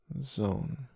Zone